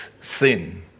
sin